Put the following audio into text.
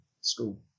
school